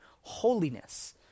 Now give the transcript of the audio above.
holiness